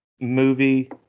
Movie